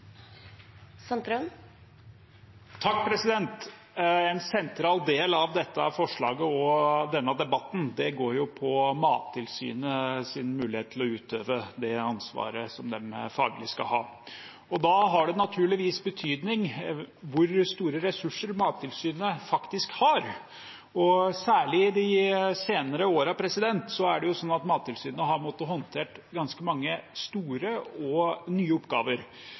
andre måter. Et godt regelverk, god samhandling med næringen og styrket tilsynskvalitet hos Mattilsynet er viktige stikkord her. Det blir replikkordskifte. En sentral del av dette forslaget og denne debatten handler om Mattilsynets mulighet til å utøve det faglige ansvaret de har. Da har det naturligvis en betydning hvor store ressurser de har. Særlig de senere årene har Mattilsynet måttet håndtere ganske mange store og nye oppgaver.